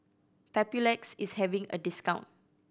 Papulex is having a discount